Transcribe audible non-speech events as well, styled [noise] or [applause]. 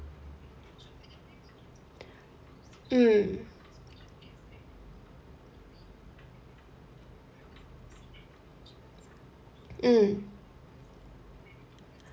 [breath] mm mm